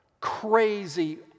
crazy